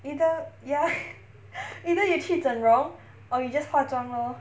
either ya either you 去整容 or you just 化妆 lor